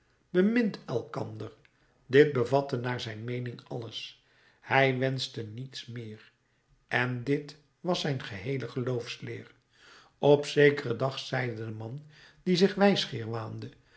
bemint elkander dit bevatte naar zijn meening alles hij wenschte niets meer en dit was zijn geheele geloofsleer op zekeren dag zeide de man die zich wijsgeer waande